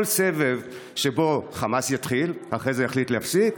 סבב שבו חמאס יתחיל ואחרי זה יחליט להפסיק,